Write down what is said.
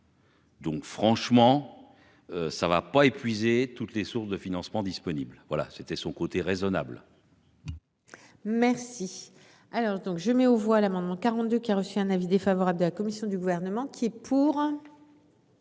Donc franchement. Ça va pas épuisé toutes les sources de financement disponible voilà c'était son côté raisonnables. Merci. Alors donc je mets aux voix l'amendement 42 qui a reçu un avis défavorable de la commission du gouvernement qui est pour.